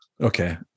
Okay